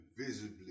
visibly